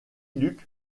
luke